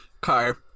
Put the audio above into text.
car